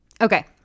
Okay